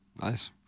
Nice